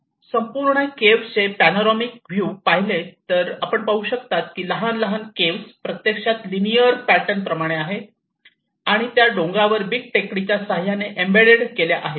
संपूर्ण केव्हचे panoramic view पाहिले तर आपण पाहू शकता की लहान लहान केव्ह प्रत्यक्षात लिनिअर पॅटर्न प्रमाणे आहेत आणि त्या डोंगरावर बिग टेकडीच्या सहाय्याने एम्बेड केल्या आहेत